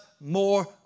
more